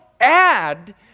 add